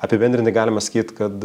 apibendrinai galima sakyt kad